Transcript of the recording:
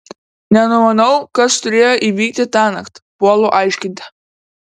nenumanau kas turėjo įvykti tąnakt puolu aiškinti